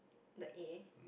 the A